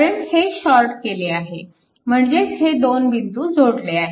कारण हे शॉर्ट केले आहे म्हणजेच हे दोन बिंदू जोडले आहेत